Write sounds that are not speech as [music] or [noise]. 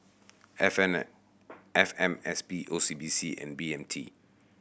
F N [unintelligible] F M S P O C B C and B M T